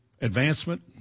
advancement